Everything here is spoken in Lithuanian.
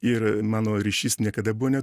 ir mano ryšys niekada buvo ne